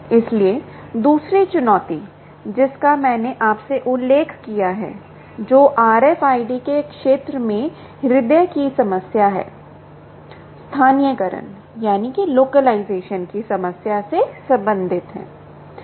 इसलिए दूसरी चुनौती जिसका मैंने आपसे उल्लेख किया है जो RFID के क्षेत्र में हृदय की समस्या है स्थानीयकरण की समस्या से संबंधित है